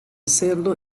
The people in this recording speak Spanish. cerdo